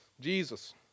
Jesus